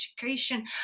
Education